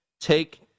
Take